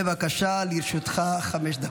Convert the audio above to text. בבקשה, לרשותך חמש דקות.